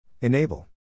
Enable